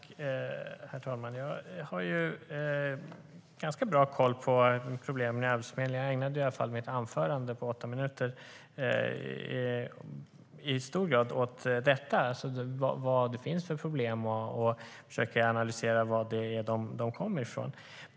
Herr talman! Jag har ganska bra koll på problemen inom Arbetsförmedlingen. Jag ägnade i alla fall mitt anförande på åtta minuter i stor utsträckning åt det, att se vilka problem det finns och försöka analysera varifrån de kommer.